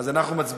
אז אנחנו מצביעים.